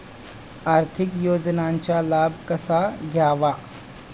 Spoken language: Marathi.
आर्थिक योजनांचा लाभ कसा घ्यावा?